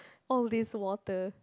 all these water